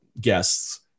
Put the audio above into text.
guests